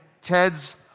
Ted's